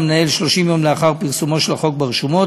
למנהל 30 יום לאחר פרסומו של החוק ברשומות.